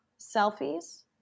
selfies